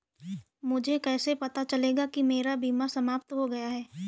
मुझे कैसे पता चलेगा कि मेरा बीमा समाप्त हो गया है?